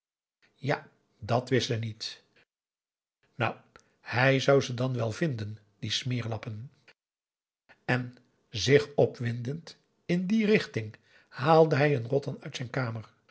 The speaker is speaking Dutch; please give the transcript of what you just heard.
ja dat wist ze niet nou hij zou ze dan wel vinden die smeerlappen en zich opwindend in die richting haalde hij een rotan uit zijn kamer